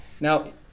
Now